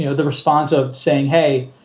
you know the response of saying, hey,